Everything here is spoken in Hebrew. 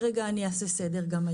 אעשה סדר.